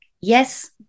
Yes